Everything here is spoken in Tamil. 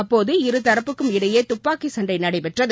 அப்போது இரு தரப்புக்கும் இடையே துப்பாக்கிச் சண்டை நடைபெற்றது